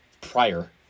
prior